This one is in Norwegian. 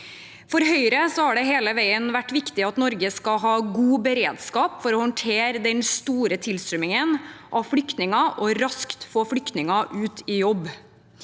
For Høyre har det hele veien vært viktig at Norge skal ha god beredskap for å håndtere den store tilstrømmingen av flyktninger og raskt få flyktninger ut i jobb.